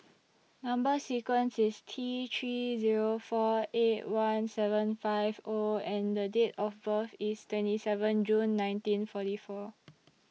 Number sequence IS T three Zero four eight one seven five O and The Date of birth IS twenty seven June nineteen forty four